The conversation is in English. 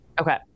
Okay